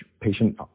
patient